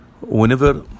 whenever